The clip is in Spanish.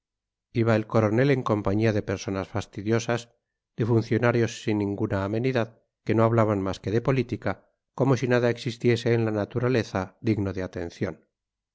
iba el coronel en compañía de personas fastidiosas de funcionarios sin ninguna amenidad que no hablaban más que de política como si nada existiese en la naturaleza digno de atención